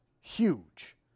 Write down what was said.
huge